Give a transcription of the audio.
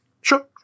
sure